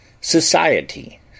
society